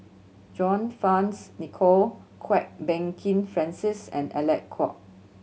John Fearns Nicoll Kwok Peng Kin Francis and Alec Kuok